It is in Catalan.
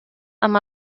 amb